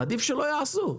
עדיף שלא יעשו.